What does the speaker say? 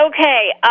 Okay